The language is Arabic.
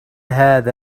هذا